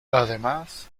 además